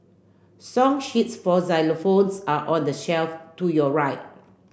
song sheets for xylophones are on the shelf to your right